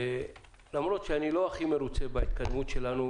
למרות שאני לא הכי מרוצה בהתקדמות שלנו,